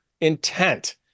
intent